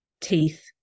teeth